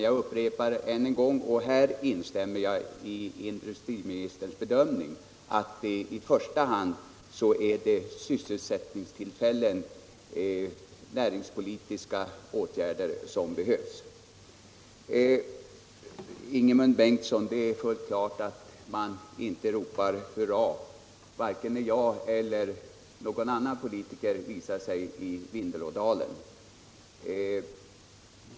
Jag upprepar än en gång — och här instämmer jag i industriministerns bedömning — att det i första hand är näringspolitiska insatser, som behövs. Ingemund Bengtsson! Det är fullt klart att man inte ropar hurra vare sig när jag eller någon annan politiker visar sig i Vindelådalen.